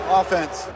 offense